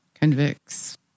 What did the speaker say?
convicts